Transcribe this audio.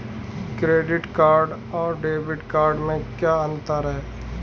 Credit card और debit card में क्या अंतर है?